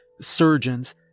surgeons